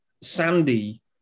Sandy